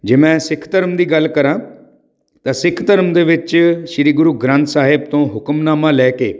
ਜੇ ਮੈਂ ਸਿੱਖ ਧਰਮ ਦੀ ਗੱਲ ਕਰਾਂ ਤਾਂ ਸਿੱਖ ਧਰਮ ਦੇ ਵਿੱਚ ਸ੍ਰੀ ਗੁਰੂ ਗ੍ਰੰਥ ਸਾਹਿਬ ਤੋਂ ਹੁਕਮਨਾਮਾ ਲੈ ਕੇ